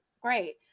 great